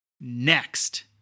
next